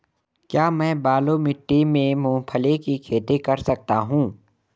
क्या मैं बालू मिट्टी में मूंगफली की खेती कर सकता हूँ?